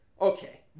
Okay